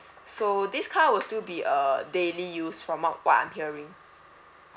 so this car will still be a daily use from what what I'm hearing